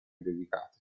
dedicate